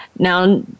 Now